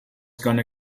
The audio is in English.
gonna